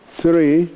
three